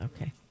Okay